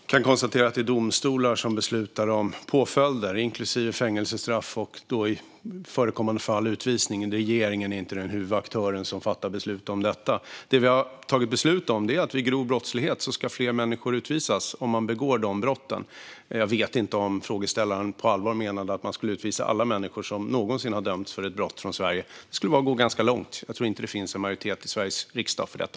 Fru talman! Jag kan konstatera att det är domstolar som beslutar om påföljder, inklusive fängelsestraff och i förekommande fall utvisning. Regeringen är inte den huvudaktör som fattar beslut om detta. Det vi har tagit beslut om är att fler människor som begår grova brott ska utvisas. Jag vet inte om frågeställaren på allvar menar att man ska utvisa alla människor som någonsin har dömts för ett brott från Sverige. Det skulle vara att gå ganska långt. Jag tror inte att det finns en majoritet i Sveriges riksdag för detta.